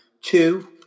two